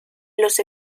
los